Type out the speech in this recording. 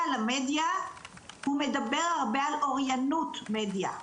למדיה הוא מדבר הרבה על אוריינות מדיה,